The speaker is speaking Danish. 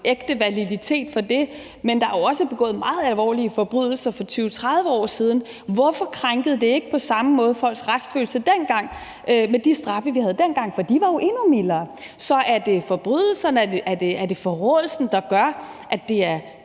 ægte validitet for det. Der er jo også begået meget alvorlige forbrydelser for 20-30 år siden. Hvorfor krænkede det ikke på samme måde folks retsfølelse dengang med de straffe, vi havde dengang, for de var jo endnu mildere? Så er det forbrydelserne, og er det forråelsen, der gør, at det,